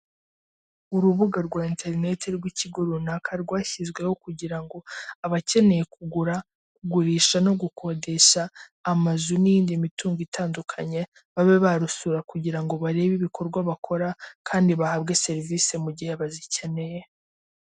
Inama yahuje abantu bagiye batandukanye ndetse n'abayobozi bari kuri mudasobwa zabo ndetse n'aba gafotozi n'ibikoresho bifashisha mu gufotora.